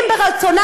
אם ברצונה